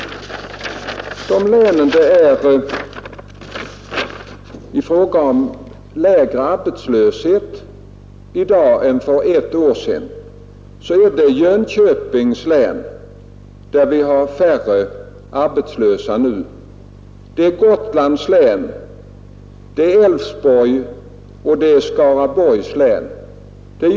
Dessa län som visar en lägre arbetslöshet i dag än för ett år sedan är Jönköpings län, Gotlands län, Älvsborgs län och Skaraborgs län.